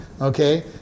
Okay